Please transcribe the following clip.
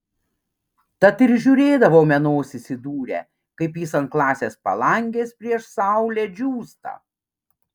tad ir žiūrėdavome nosis įdūrę kaip jis ant klasės palangės prieš saulę džiūsta